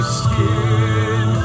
skin